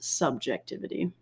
subjectivity